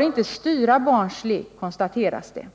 inte styra barns lek, konstateras det.